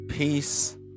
Peace